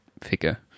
figure